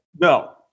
No